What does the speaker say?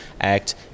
act